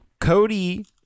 Cody